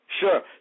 Sure